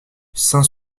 saint